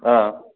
ꯑꯥ